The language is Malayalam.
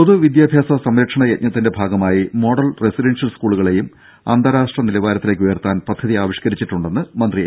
പൊതുവിദ്യാഭ്യാസ സംരക്ഷണയജ്ഞത്തിന്റെ ഭാഗമായി മോഡൽ റസിഡൻഷ്യൽ സ്കൂളുകളെയും അന്താരാഷ്ട്ര നിലവാരത്തിലേക്ക് ഉയർത്താൻ പദ്ധതികൾ ആവിഷ്കരിച്ചിട്ടു ണ്ടെന്ന് മന്ത്രി എ